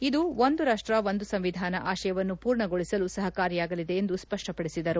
ಇದು ಒಂದು ರಾಷ್ಟ ಒಂದು ಸಂವಿಧಾನ ಆಶಯವನ್ನು ಪೂರ್ಣಗೊಳಿಸಲು ಸಹಕಾರಿಯಾಗಲಿದೆ ಎಂದು ಸ್ಪಷ್ಟಪಡಿಸಿದರು